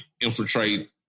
infiltrate